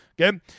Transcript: Okay